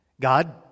God